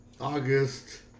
August